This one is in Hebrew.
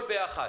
והכול ביחד.